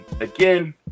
again